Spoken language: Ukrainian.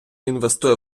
інвестує